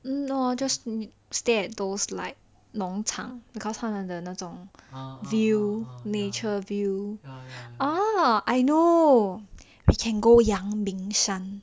no just stared those like 农场 because 它的那种 view nature view ah I know we can go 阳明山